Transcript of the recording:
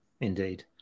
Indeed